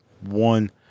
one